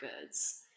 goods